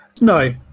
No